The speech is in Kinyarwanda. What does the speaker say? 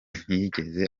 ntiyigeze